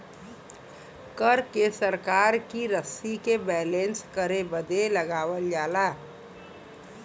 कर के सरकार की रशी के बैलेन्स करे बदे लगावल जाला